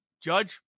judge